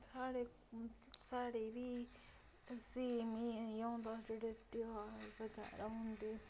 साढे मतलब साढ़े बी सेम ही जियां हून ध्यार बगैरा होंदे